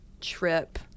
trip